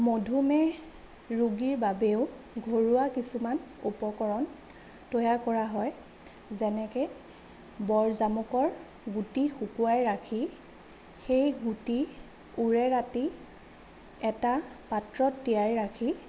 মধুমেহ ৰোগীৰ বাবেও ঘৰুৱা কিছুমান উপকৰণ তৈয়াৰ কৰা হয় যেনেকে বৰ জামুকৰ গুটি শুকুৱাই ৰাখি সেই গুটি ওৰে ৰাতি এটা পাত্ৰত তিয়াই ৰাখি